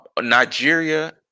Nigeria